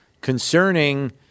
concerning